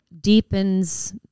deepens